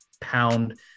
pound